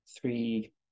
three